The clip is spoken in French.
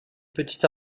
petite